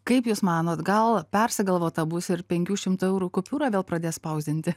kaip jūs manot gal persigalvota bus ir penkių šimt eurų kupiūrą vėl pradės spausdinti